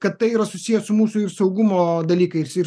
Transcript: kad tai yra susiję su mūsų ir saugumo dalykais ir